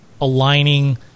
aligning